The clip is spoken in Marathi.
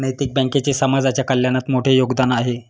नैतिक बँकेचे समाजाच्या कल्याणात मोठे योगदान आहे